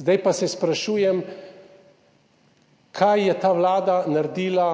Zdaj pa se sprašujem, kaj je ta vlada naredila,